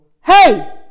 Hey